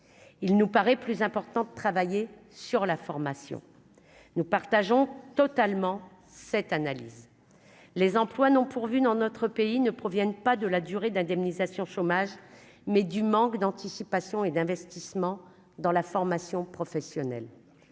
il nous paraît plus important de travailler sur la formation, nous partageons totalement cette analyse les emplois non pourvus dans notre pays ne proviennent pas de la durée d'indemnisation chômage mais du manque d'anticipation et d'investissement dans la formation professionnelle